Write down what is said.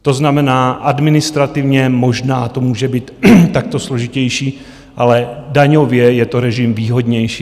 To znamená, administrativně možná to může být takto složitější, ale daňově je to režim výhodnější.